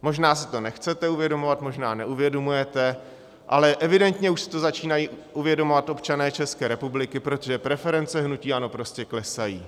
Možná si to nechcete uvědomovat, možná neuvědomujete, ale evidentně si to už začínají uvědomovat občané České republiky, protože preference hnutí ANO prostě klesají.